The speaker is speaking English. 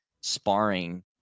sparring